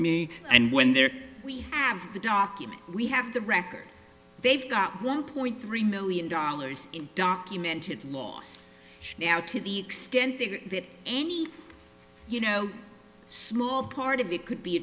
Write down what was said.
me and when there we have the documents we have the record they've got one point three million dollars documented now to the extent that any you know small part of it could be